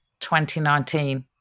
2019